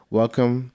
welcome